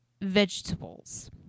vegetables